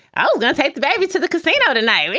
ah and take the baby to the casino tonight.